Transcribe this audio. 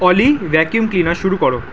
অলি vacuum cleaner শুরু করো